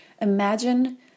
imagine